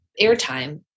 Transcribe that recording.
airtime